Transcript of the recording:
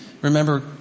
Remember